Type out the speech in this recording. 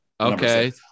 okay